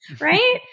Right